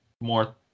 more